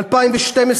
2012,